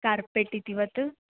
carpet इतिवत्